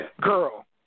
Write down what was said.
girl